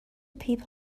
people